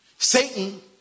Satan